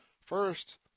first